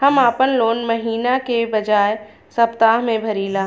हम आपन लोन महिना के बजाय सप्ताह में भरीला